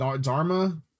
Dharma